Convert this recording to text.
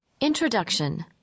Introduction